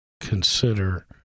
consider